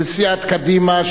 של סיעת קדימה,